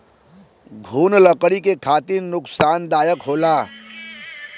घुन लकड़ी के खातिर नुकसानदायक होला